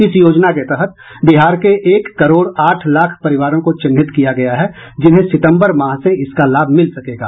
इस योजना के तहत बिहार के एक करोड़ आठ लाख परिवारों को चिन्हित किया गया है जिन्हें सितंबर माह से इसका लाभ मिल सकेगा